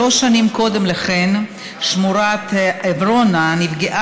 שלוש שנים קודם לכן שמורת עברונה נפגעה